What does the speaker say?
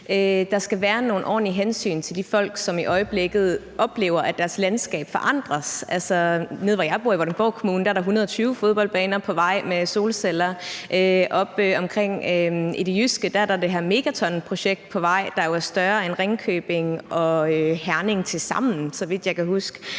der skal være nogle ordentlige hensyn til de folk, som i øjeblikket oplever, at deres landskab forandres. Nede i Vordingborg Kommune, hvor jeg bor, er der 120 fodboldbaner på vej med solcelleanlæg. Oppe i det jyske er der det her Megatonprojekt på vej, der er større end Ringkøbing og Herning tilsammen, så vidt jeg kan huske.